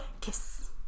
kiss